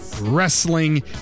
Wrestling